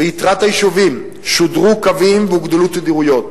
ביתר היישובים שודרגו קווים והוגדלו תדירויות.